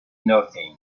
nothing